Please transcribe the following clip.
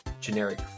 generic